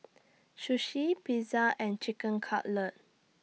Sushi Pizza and Chicken Cutlet